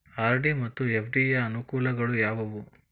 RD ಮತ್ತು FD ಯ ಅನುಕೂಲಗಳು ಯಾವವು?